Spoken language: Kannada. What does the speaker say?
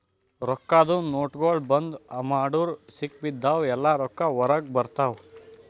ರೊಕ್ಕಾದು ನೋಟ್ಗೊಳ್ ಬಂದ್ ಮಾಡುರ್ ಸಿಗಿಬಿದ್ದಿವ್ ಎಲ್ಲಾ ರೊಕ್ಕಾ ಹೊರಗ ಬರ್ತಾವ್